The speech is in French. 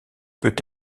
peut